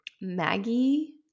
Maggie